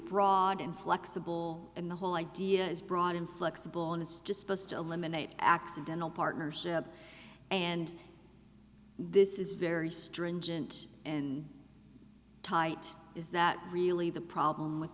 broad inflexible and the whole idea is brought inflexible on it's just best to eliminate accidental partners and this is very stringent and tight is not really the problem with